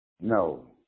No